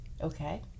Okay